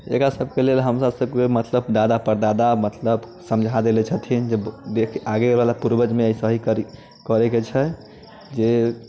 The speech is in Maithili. एकरा सबके लेल हमसब दादा परदादा मतलब समझा देले छथिन आगेवला पूर्वजमे ऐसे ही करी करैके छै जे